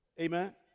amen